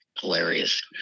hilarious